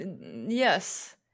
Yes